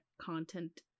content